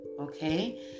okay